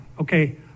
okay